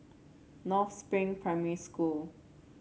North Spring Primary School